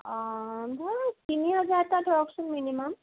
ধৰক তিনি হাজাৰ এটা ধৰকচোন মিনিমাম